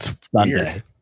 Sunday